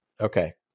Okay